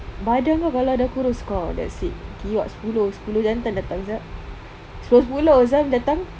badan kau kalau dah kurus kau that's it kiwak sepuluh sepuluh jantan datang sia sepuluh sepuluh [sial] datang